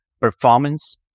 performance